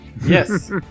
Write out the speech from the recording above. Yes